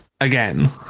Again